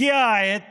הגיעה העת